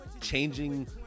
changing